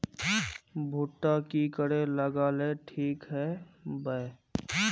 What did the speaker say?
भुट्टा की करे लगा ले ठिक है बय?